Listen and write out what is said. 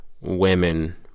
women